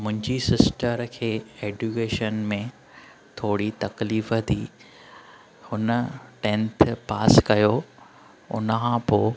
मुंहिंजी सिस्टर खे ऐडूकेशन में थोरी तकलीफ़ु थी हुन टेंथ पास कयो हुन खां पोइ